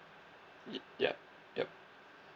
y~ yup yup